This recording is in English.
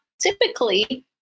typically